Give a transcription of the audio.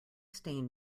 stain